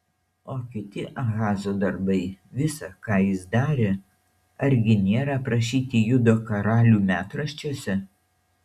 o kiti ahazo darbai visa ką jis darė argi nėra aprašyti judo karalių metraščiuose